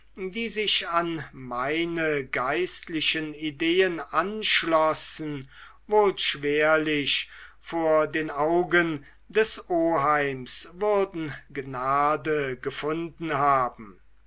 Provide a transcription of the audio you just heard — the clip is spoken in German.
die sich an meine geistlichen ideen anschlossen wohl schwerlich vor den augen des oheims würden gnade gefunden haben